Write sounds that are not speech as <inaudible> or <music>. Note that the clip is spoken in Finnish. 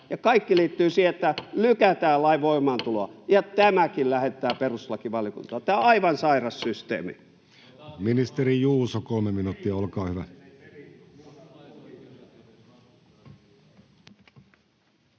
kaikki liittyvät siihen, että lykätään lain voimaantuloa, ja tämäkin lähetetään perustuslakivaliokuntaan. <noise> Tämä on aivan sairas systeemi.